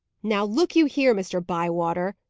now look you here, mr. bywater,